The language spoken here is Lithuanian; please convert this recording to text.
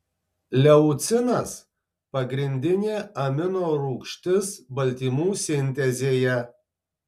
leucinas pagrindinė amino rūgštis baltymų sintezėje